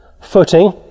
footing